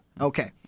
Okay